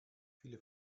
viele